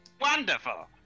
Wonderful